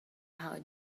how